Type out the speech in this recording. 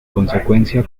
consecuencia